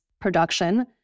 production